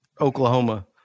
Oklahoma